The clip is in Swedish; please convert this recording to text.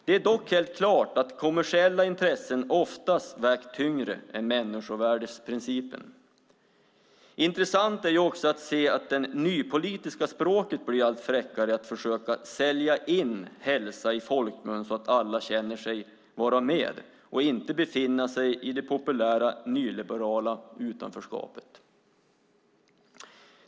Det är dock helt klart att kommersiella intressen oftast har vägt tyngre än människovärdesprincipen. Intressant är också att se att det nypolitiska språket blir allt fräckare i sina försök att sälja in hälsa i folkmun så att alla känner sig vara med och inte befinna sig i det populära nyliberala utanförskapet.